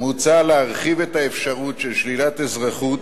מוצע להרחיב את האפשרות של שלילת אזרחות,